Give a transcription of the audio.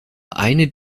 eine